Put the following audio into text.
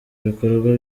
ibikorwa